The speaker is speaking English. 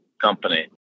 company